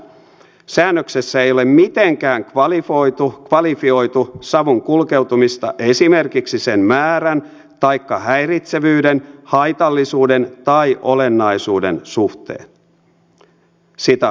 säännöksessä ei ole mitenkään kvalifioitu savun kulkeutumista esimerkiksi sen määrän taikka häiritsevyyden haitallisuuden tai olennaisuuden suhteen